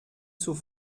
zur